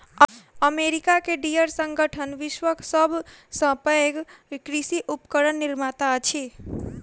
America के Deere संगठन विश्वक सभ सॅ पैघ कृषि उपकरण निर्माता अछि